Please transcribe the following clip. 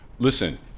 Listen